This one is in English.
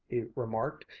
he remarked.